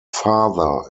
father